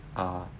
are